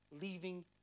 leaving